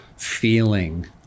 Feeling